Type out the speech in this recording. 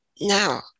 Now